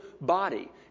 body